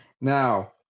Now